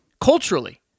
culturally